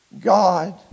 God